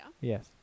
Yes